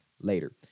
later